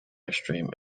extreme